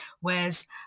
Whereas